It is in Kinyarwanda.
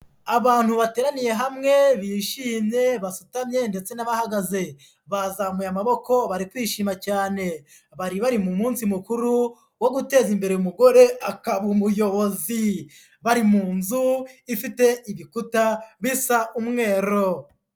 Abantu bateraniye hamwe bishimye basutanye ndetse n'abagaze, bazamuye amaboko bari kwishima cyane, bari bari mu munsi mukuru wo guteza imbere umugore akaba umuyobozi, bari mu nzu ifite ibikuta bisa umweru.